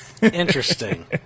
interesting